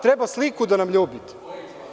Treba sliku da nam ljubite.